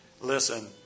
Listen